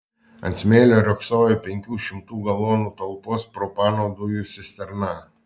ant smėlio riogsojo penkių šimtų galonų talpos propano dujų cisterna